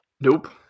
Nope